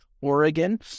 Oregon